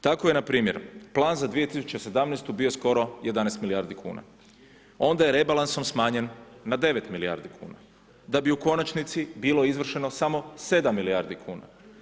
Tako je npr. plan za 2017. bio skoro 11 milijardi kuna onda je rebalansom smanjen na 9 milijardi kuna da bi u konačnici bilo izvršeno samo 7 milijardi kuna.